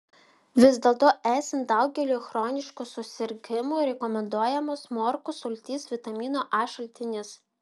vis dėlto esant daugeliui chroniškų susirgimų rekomenduojamos morkų sultys vitamino a šaltinis